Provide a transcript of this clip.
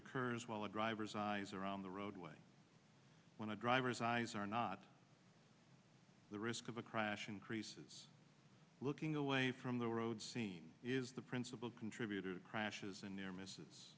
occurs while a driver's eyes are on the roadway when a drivers eyes are not the risk of a crash increases looking away from the road scene is the principal contributor to crashes and near misses